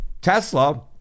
Tesla